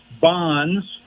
bonds